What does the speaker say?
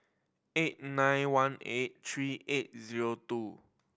eight nine one eight three eight zero two